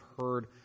heard